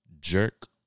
jerk